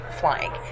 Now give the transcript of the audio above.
flying